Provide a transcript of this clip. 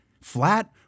flat